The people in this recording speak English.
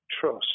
trust